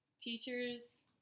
Teachers